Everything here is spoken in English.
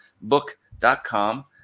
book.com